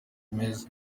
meza